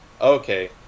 okay